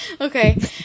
okay